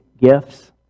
gifts